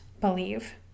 believe